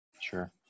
Sure